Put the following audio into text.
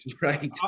right